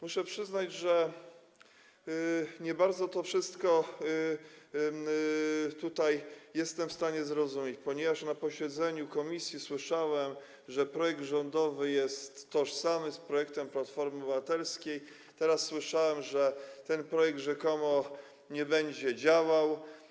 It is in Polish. Muszę przyznać, że nie bardzo to wszystko tutaj jestem w stanie zrozumieć, ponieważ na posiedzeniu komisji słyszałem, że projekt rządowy jest tożsamy z projektem Platformy Obywatelskiej, a teraz usłyszałem, że ten projekt rzekomo nie będzie działał.